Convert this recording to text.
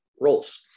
roles